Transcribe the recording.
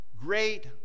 great